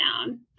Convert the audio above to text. down